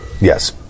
Yes